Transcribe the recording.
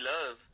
Love